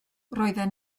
roedden